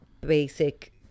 Basic